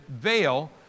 veil